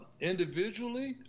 Individually